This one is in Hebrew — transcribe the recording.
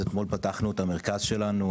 אתמול פתחנו את המרכז שלנו,